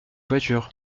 voiture